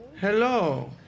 Hello